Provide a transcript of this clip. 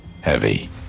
heavy